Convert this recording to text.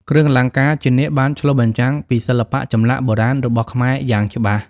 គ្រឿងអលង្ការជានាគបានឆ្លុះបញ្ចាំងពីសិល្បៈចម្លាក់បុរាណរបស់ខ្មែរយ៉ាងច្បាស់។